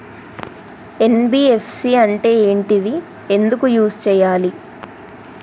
NBFC అంటే ఏంటిది ఎందుకు యూజ్ చేయాలి?